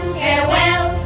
farewell